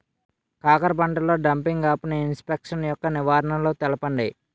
కాకర పంటలో డంపింగ్ఆఫ్ని ఇన్ఫెక్షన్ యెక్క నివారణలు తెలపండి?